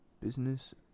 Business